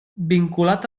vinculat